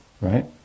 right